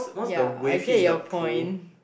yeah I get your point